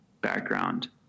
background